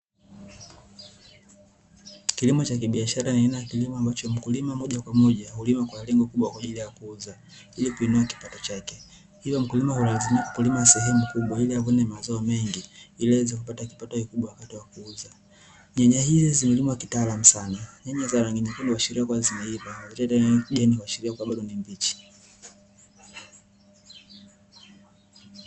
Kilimo cha kibiashara ni aina ya kilimo ambacho mkulima moja kwa moja hulima kwa lengo kubwa kwa ajili ya kuuza ili kuinua kipato chake, hivyo mkulima hulazimika kulima sehemu kubwa ili avune mazao mengi ili aweze kupata kipato kikubwa wakati wa kuuza. Nyanya hizi zimelimwa kitaalamu sana, nyanya za rangi nyekundu huashiria kuwa zimeivaa na nyanya za kijani huashiria bado ni mbichi.